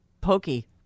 pokey